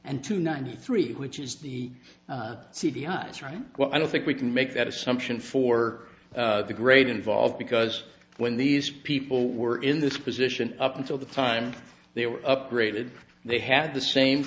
and two ninety three which is the see the eyes right well i don't think we can make that assumption for the great involved because when these people were in this position up until the time they were upgraded they had the same